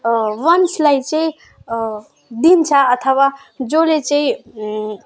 वंशलाई चाहिँ दिन्छ अथवा जसले चाहिँ